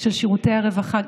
של שירותי הרווחה.